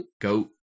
Go